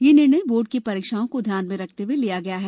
यह निर्णय बोर्ड की परीक्षाओं को ध्यान में रखते हुए लिया गया है